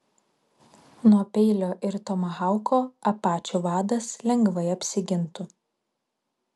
nuo peilio ir tomahauko apačių vadas lengvai apsigintų